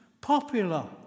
popular